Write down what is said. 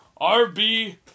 RB